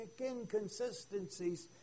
inconsistencies